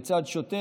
לצד שוטר,